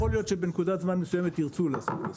יכול להיות שבנקודת זמן מסוימת ירצו לעשות מכסות,